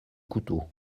couteau